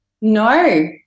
no